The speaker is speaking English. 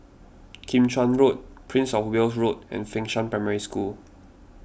Kim Chuan Road Prince of Wales Road and Fengshan Primary School